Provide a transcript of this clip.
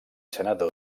senador